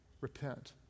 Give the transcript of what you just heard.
Repent